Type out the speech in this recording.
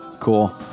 Cool